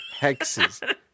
hexes